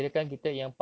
mm